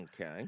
Okay